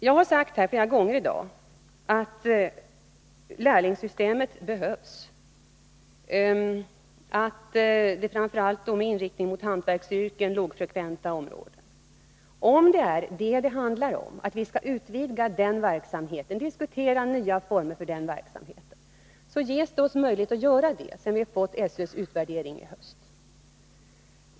Jag har sagt flera gånger i dag att lärlingssystemet behövs — framför allt medinriktning mot hantverksyrken och lågfrekventa yrkesområden. Om det handlar om att vi skall utvidga och diskutera nya former för den verksamheten, så ge oss då en möjlighet att göra det sedan vi fått SÖ:s utvärdering i höst.